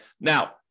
Now